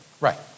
Right